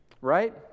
right